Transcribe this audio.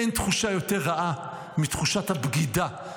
אין תחושה יותר רעה מתחושת הבגידה,